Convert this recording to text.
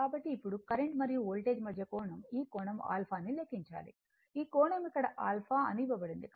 కాబట్టి ఇప్పుడు కరెంట్ మరియు వోల్టేజ్ మధ్య కోణం ఈ కోణం 𝞪 ని లెక్కించాలి ఈ కోణం ఇక్కడ 𝞪 అని ఇవ్వబడింది